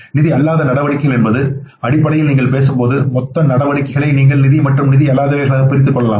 நிதி அல்லாத நடவடிக்கைகள் என்பது அடிப்படையில் நீங்கள் பேசும்போது மொத்த நடவடிக்கைகளை நீங்கள் நிதி மற்றும் நிதி அல்லாதவையாகப் பிரிக்கலாம்